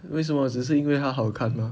为什么只是因为她好看吗